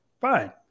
fine